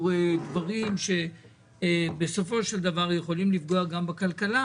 דברים שבסופו של דבר יכולים לפגוע גם בכלכלה,